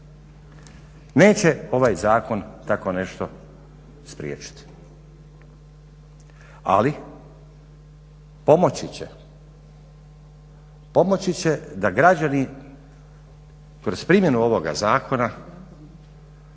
Neće ovaj zakon tako nešto spriječiti, ali pomoći će, pomoći će da građani kroz primjenu ovoga zakona